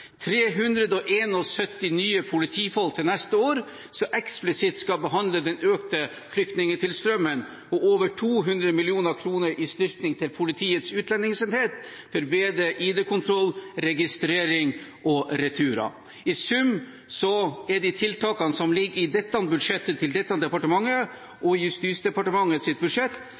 nye politifolk til neste år som eksplisitt skal behandle den økte flyktningstrømmen, og over 200 mill. kr til styrking av Politiets utlendingsenhet for bedre ID-kontroll, registrering og returer. I sum er de tiltakene som ligger i budsjettet til dette departementet